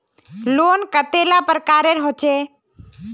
Loan कतेला प्रकारेर होचे?